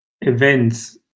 events